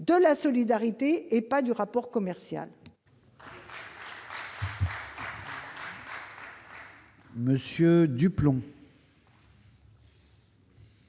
de la solidarité, et pas du rapport commercial